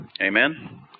Amen